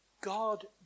God